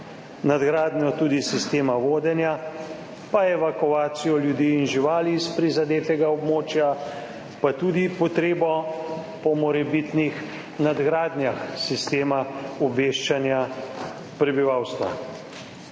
nadgradnji sistema vodenja, evakuaciji ljudi in živali iz prizadetega območja, pa tudi glede potrebe po morebitnih nadgradnjah sistema obveščanja prebivalstva.